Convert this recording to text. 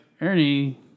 Ernie